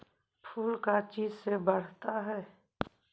फूल का चीज से बढ़ता है?